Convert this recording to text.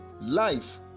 Life